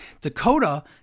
Dakota